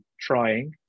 trying